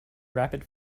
rapid